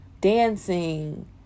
dancing